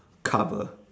cover